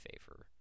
favor